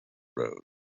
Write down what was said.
road